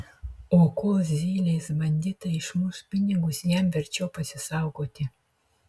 o kol zylės banditai išmuš pinigus jam verčiau pasisaugoti